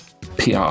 PR